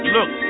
Look